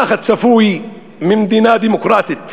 כך צפוי ממדינה דמוקרטית.